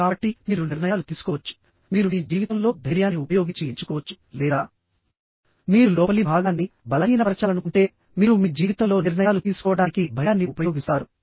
కాబట్టి మీరు నిర్ణయాలు తీసుకోవచ్చు మీరు మీ జీవితంలో ధైర్యాన్ని ఉపయోగించి ఎంచుకోవచ్చు లేదా మీరు లోపలి భాగాన్ని బలహీనపరచాలనుకుంటే మీరు మీ జీవితంలో నిర్ణయాలు తీసుకోవడానికి భయాన్ని ఉపయోగిస్తారు